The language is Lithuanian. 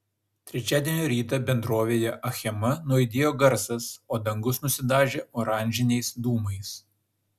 trečiadienio rytą bendrovėje achema nuaidėjo garsas o dangus nusidažė oranžiniais dūmais